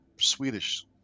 Swedish